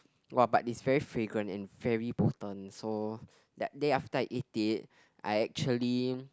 !wah! but it's very fragrant and very potent so that day after I ate it I actually